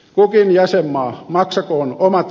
kukin jäsenmaa maksakoon omat